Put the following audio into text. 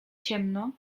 ciemno